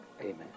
Amen